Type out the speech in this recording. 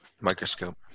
microscope